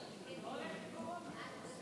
חבריי חברי הכנסת,